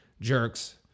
jerks